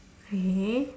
okay